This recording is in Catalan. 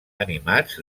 animats